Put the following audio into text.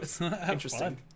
interesting